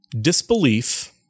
disbelief